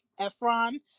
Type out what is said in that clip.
Efron